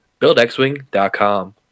BuildXWing.com